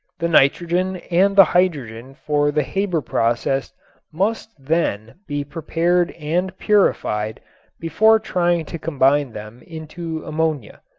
the nitrogen and the hydrogen for the haber process must then be prepared and purified before trying to combine them into ammonia.